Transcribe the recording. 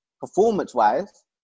performance-wise